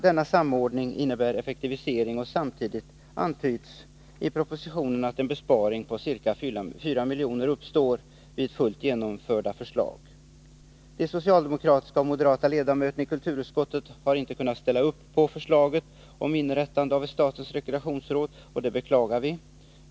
Denna samordning innebär effektivisering, och samtidigt antyds i propositionen att en besparing på ca 4 miljoner kan uppnås vid fullt genomförda förslag. De socialdemokratiska och moderata ledamöterna i kulturutskottet har inte kunnat ställa upp på förslaget om inrättande av ett statens rekreationsråd, och det beklagar vi.